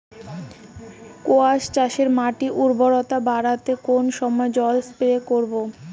কোয়াস চাষে মাটির উর্বরতা বাড়াতে কোন সময় জল স্প্রে করব?